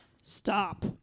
stop